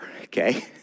okay